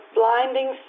blinding